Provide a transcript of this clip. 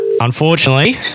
unfortunately